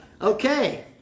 okay